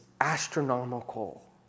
astronomical